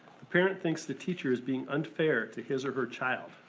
the parent thinks the teacher is being unfair to his or her child.